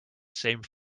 same